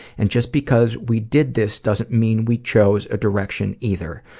and just because we did this doesn't mean we chose a direction, either,